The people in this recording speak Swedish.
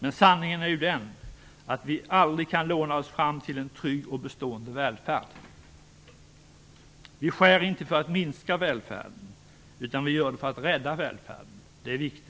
Men sanningen är ju den att vi aldrig kan låna oss fram till en trygg och bestående välfärd. Vi skär inte för att minska välfärden, utan vi gör det för att rädda den. Det är viktigt.